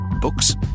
Books